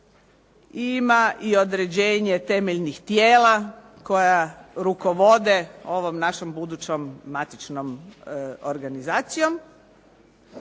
ima i određenje temeljnih tijela koja rukovode ovom našom budućom matičnom organizacijom.